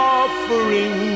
offering